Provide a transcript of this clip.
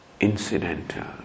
incidental